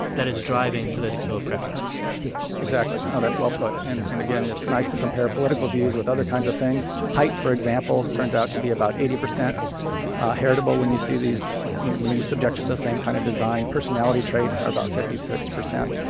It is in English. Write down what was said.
that is driving political preferences exactly. now, that's well put. and and again, it's nice to compare political views with other kinds of things. height, for example, turns to be about eighty percent heritable when you see these you know when you subject it to the same kind of design. personality traits are about fifty six percent.